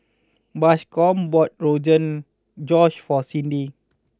Bascom bought Rogan Josh for Cyndi